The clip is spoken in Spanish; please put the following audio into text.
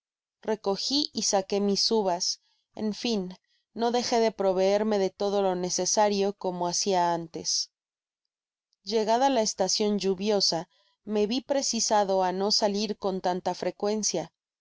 recogi y saqué mis uvas eu fin no dejé de proveerme de todo lo necesario como hacia antes llegada la estacion lluviosa me vi precisado á no salir eon tanta frecuencia